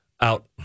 out